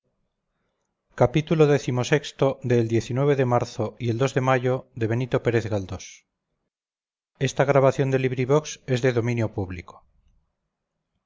xxvi xxvii xxviii de marzo y el de mayo de benito pérez